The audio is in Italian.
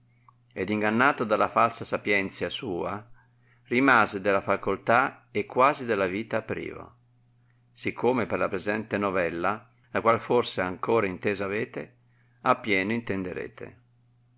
ed ingannato dalla falsa sapienzia sua rimase della facoltà e quasi della vita privo si come per la presente novella la qual forse ancora intesa avete a pieno